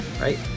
right